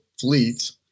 fleets